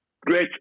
Great